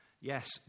Yes